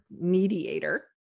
mediator